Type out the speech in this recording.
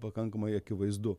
pakankamai akivaizdu